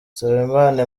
nsabimana